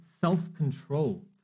self-controlled